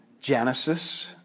Genesis